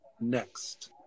next